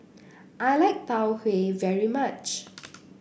I like Tau Huay very much